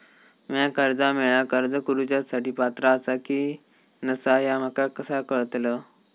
म्या कर्जा मेळाक अर्ज करुच्या साठी पात्र आसा की नसा ह्या माका कसा कळतल?